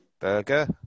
Burger